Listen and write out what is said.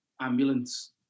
ambulance